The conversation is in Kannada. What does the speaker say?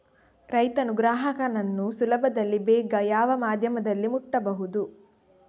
ರೈತನು ಗ್ರಾಹಕನನ್ನು ಸುಲಭದಲ್ಲಿ ಬೇಗ ಯಾವ ಮಾಧ್ಯಮದಲ್ಲಿ ಮುಟ್ಟಬಹುದು?